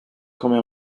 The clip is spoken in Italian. come